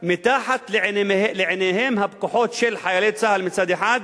מתחת לעיניהם הפקוחות של חיילי צה"ל מצד אחד,